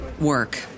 work